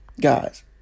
guys